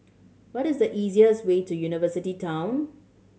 what is the easiest way to University Town